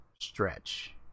stretch